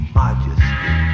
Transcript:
majesty